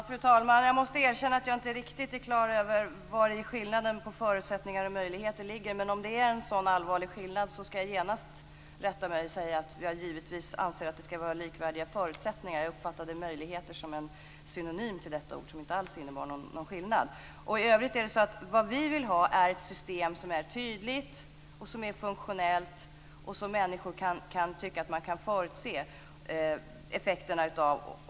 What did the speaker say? Fru talman! Jag måste erkänna att jag inte riktigt har klart för mig vari skillnaden mellan "förutsättningar" och "möjligheter" ligger. Men om det är en sådan allvarlig skillnad skall jag genast rätta mig och säga att jag givetvis anser att det skall vara likvärdiga förutsättningar. Jag uppfattade "möjligheter" som en synonym till detta ord som inte alls innebar någon skillnad. I övrigt är det vi vill ha ett system som är tydligt, som är funktionellt och som människor kan tycka att de kan förutse effekterna av.